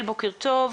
בוקר טוב.